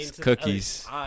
Cookies